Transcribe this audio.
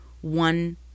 one